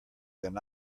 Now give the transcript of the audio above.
than